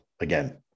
again